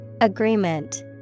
Agreement